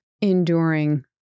enduring